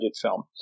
film